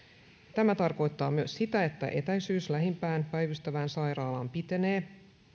tämä tarkoittaa myös sitä että etäisyys lähimpään päivystävään sairaalaan pitenee